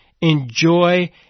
enjoy